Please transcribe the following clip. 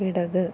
ഇടത്